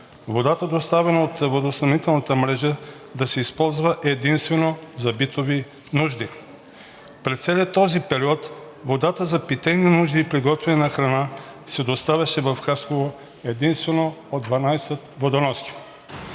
водата, доставена от водоснабдителната мрежа, да се използва единствено за битови нужди. През целия този период водата за питейни нужди и приготвяне на храна се доставяше в Хасково единствено от 12 водоноски.